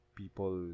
people